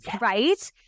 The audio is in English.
Right